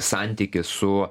santykius su